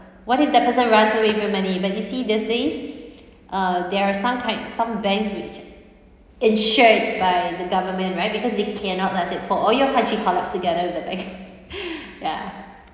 what if that person runs away with your money but you see these days uh there are some kind some banks which insured by the government right because they cannot let it fall or your country collapse together the ya